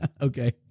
Okay